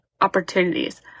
opportunities